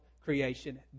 creation